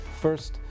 first